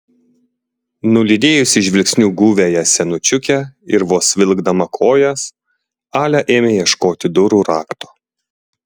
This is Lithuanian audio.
nulydėjusi žvilgsniu guviąją senučiukę ir vos vilkdama kojas alia ėmė ieškoti durų rakto